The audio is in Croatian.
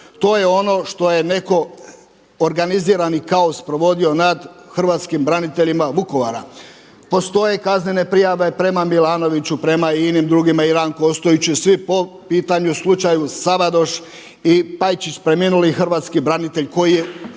to je ono što je netko organizirani kaos provodio nad hrvatskim braniteljima Vukovara. Postoje kaznene prijave prema Milanoviću, prema inim drugima i Ranku Ostojiću i svi po pitanju slučaju Savadoš i Pajčić preminuli hrvatski branitelj koji je